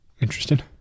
Interesting